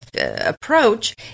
approach